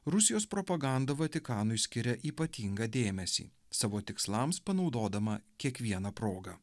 rusijos propaganda vatikanui skiria ypatingą dėmesį savo tikslams panaudodama kiekvieną progą